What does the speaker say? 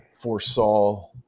foresaw